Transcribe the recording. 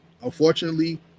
Unfortunately